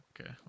Okay